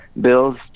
bills